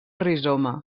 rizoma